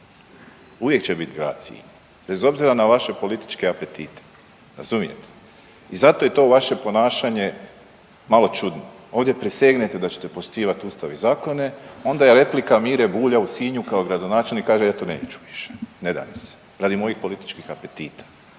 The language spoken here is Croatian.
uvijek će biti grad Sinj bez obzira na vaše političke apetite. Razumijete? I zato je to vaše ponašanje malo čudno. Ovdje prisegnete da ćete poštivati Ustav i zakone, onda je replika Mire Bulja u Sinju kao gradonačelnik kaže ja to neću, ne da mi se, radi mojih političkih apetita.